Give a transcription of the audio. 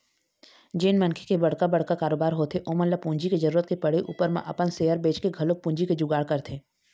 जेन मनखे के बड़का बड़का कारोबार होथे ओमन ल पूंजी के जरुरत के पड़े ऊपर म अपन सेयर बेंचके घलोक पूंजी के जुगाड़ करथे